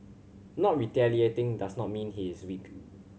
not retaliating does not mean he is weak